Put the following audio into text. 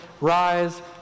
Rise